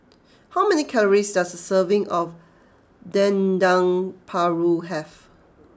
how many calories does a serving of Dendeng Paru have